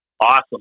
awesome